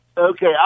Okay